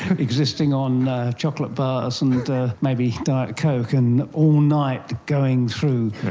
existing on chocolate bars and maybe diet coke and all night going through,